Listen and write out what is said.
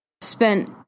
spent